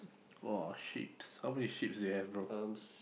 !wah! sheep how many sheep you have bro